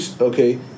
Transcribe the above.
Okay